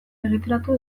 egituratu